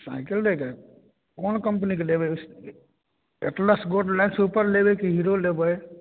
cycle लै के है कोन कम्पनीके लेबै एटलस गोल्ड सुपर लेबै कि हीरो लेबै